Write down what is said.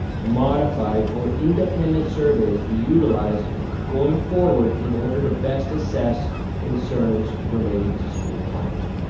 modified, or independent surveys be utilized going forward in order to best assess concerns relating to school climate.